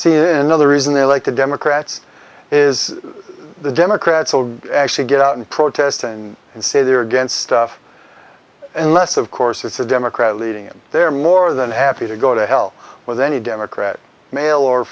see another reason they like the democrats is the democrats actually get out and protest and and say they are against stuff unless of course it's a democrat leading and they're more than happy to go to hell with any democrat male or